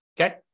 Okay